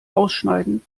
ausschneiden